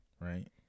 right